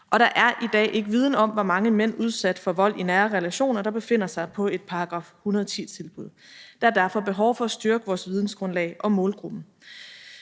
og der er i dag ikke viden om, hvor mange mænd udsat for vold i nære relationer der befinder sig på et § 110-tilbud. Der er derfor behov for at styrke vores vidensgrundlag om målgruppen.